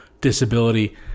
disability